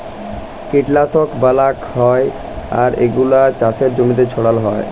কীটলাশক ব্যলাক হ্যয় আর এগুলা চাসের জমিতে ছড়াল হ্য়য়